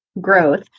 growth